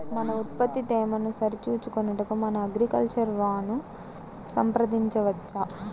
మన ఉత్పత్తి తేమను సరిచూచుకొనుటకు మన అగ్రికల్చర్ వా ను సంప్రదించవచ్చా?